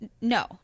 No